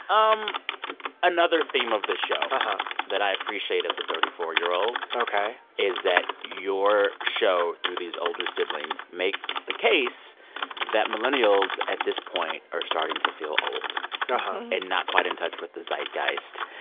um another theme of this show. ah huh. that i appreciate as a thirty four year old. ok. is that your show, through these older siblings, makes the case that millennials, at this point, are starting to feel old and and not quite in touch with the zeitgeist.